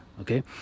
okay